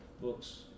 books